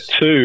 two